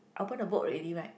open the book already right